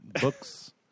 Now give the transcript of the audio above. books